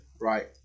Right